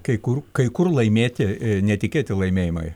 kai kur kai kur laimėti netikėti laimėjimai